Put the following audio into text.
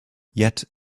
yet